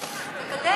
אם יש לך,